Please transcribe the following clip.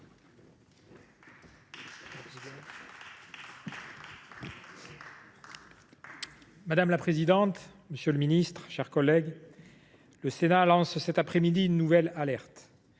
Madame la présidente, monsieur le ministre, mes chers collègues, le Sénat lance cet après midi une nouvelle alerte